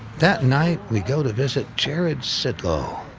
that night we go to visit jared sidlo.